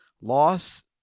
loss